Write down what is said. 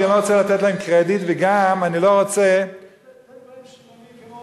כי אני לא רוצה לתת להם קרדיט,